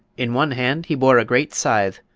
in one hand he bore a great scythe,